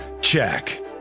Check